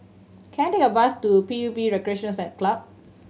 can I take a bus to P U B Recreation Set Club